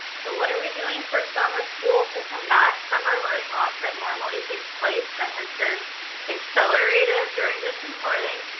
so what are we doing for summer school to combat summer learning loss that normally takes place and has been accelerated during distance learning?